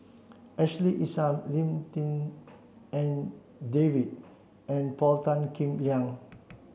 Ashley Isham Lim Tik En David and Paul Tan Kim Liang